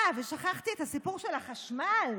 אה, שכחתי את הסיפור על החשמל.